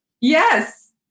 Yes